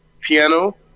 piano